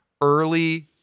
early